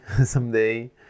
someday